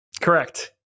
Correct